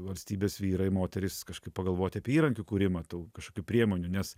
valstybės vyrai moterys kažkaip pagalvoti apie įrankių kūrimą tų kažkokių priemonių nes